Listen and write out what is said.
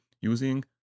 using